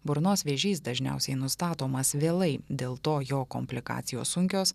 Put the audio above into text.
burnos vėžys dažniausiai nustatomas vėlai dėl to jo komplikacijos sunkios